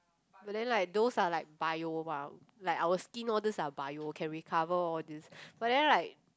but then like those are like bio mah like our skin all these are bio can recover all these but then like